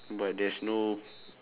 but there's no